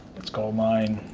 let's call mine